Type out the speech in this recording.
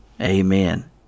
Amen